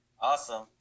Awesome